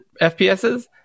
FPSs